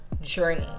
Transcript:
journey